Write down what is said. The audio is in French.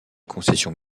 concessions